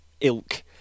ilk